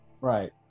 Right